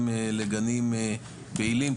גם לגנים פעילים,